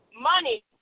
money